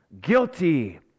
Guilty